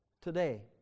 today